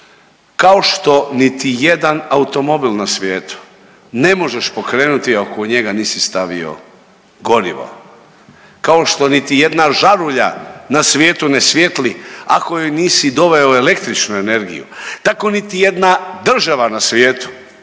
Kao što niti jedan automobil na svijetu ne možeš pokrenuti ako u njega nisi stavio gorivo, kao što niti jedna žarulja na svijetu ne svijetli ako joj nisi doveo električnu energiju, tako niti jedna država na svijetu